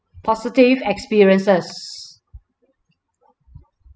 positive experiences